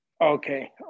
Okay